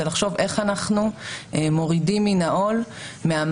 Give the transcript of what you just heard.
לחשוב איך אנחנו מורידים מן העול מהמעסיקים,